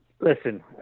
Listen